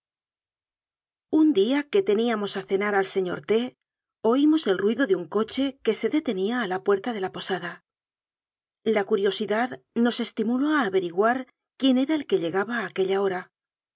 un día que teníamos a cenar al señor t oí mos el ruido de un coche que se detenía a la puer ta de la posada la curiosidad nos estimuló a ave riguar quién era el que llegaba a aquella hora